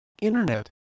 Internet